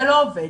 זה לא עובד.